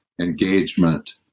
engagement